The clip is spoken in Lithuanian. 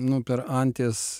nu per anties